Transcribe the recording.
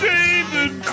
David